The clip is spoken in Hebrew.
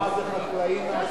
את רואה מה זה חקלאי מהצפון?